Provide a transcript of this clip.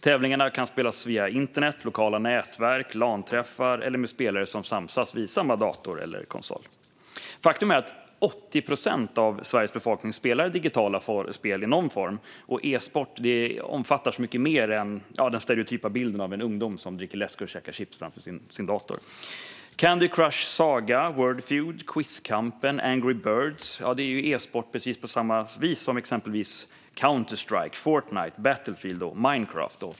Tävlingarna kan spelas via internet eller lokala nätverk, vid LAN-träffar eller med spelare som samsas vid samma dator eller konsol. Faktum är att 80 procent av Sveriges befolkning spelar digitala spel i någon form, och e-sport omfattar så mycket mer än den stereotypa bilden av en ungdom som dricker läsk och käkar chips framför sin dator. Candy Crush Saga, Wordfeud, Quizkampen och Angry Birds är e-sport på precis samma vis som exempelvis Counter-Strike, Fortnite, Battlefield och Minecraft.